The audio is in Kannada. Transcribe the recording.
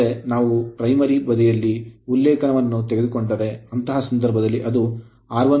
ಆದರೆ ನಾವು primary ಪ್ರಾಥಮಿಕ ಬದಿಯಲ್ಲಿ ಉಲ್ಲೇಖವನ್ನು ತೆಗೆದುಕೊಂಡರೆ ಅಂತಹ ಸಂದರ್ಭದಲ್ಲಿ ಅದು R1 K2 R2 ಆಗಿರುತ್ತದೆ